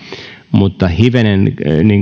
mutta hivenen